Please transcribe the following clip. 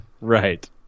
Right